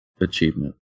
achievement